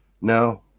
No